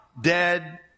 dead